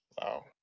Wow